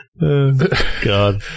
God